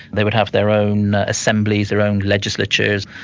they would have their own assemblies, their own legislatures,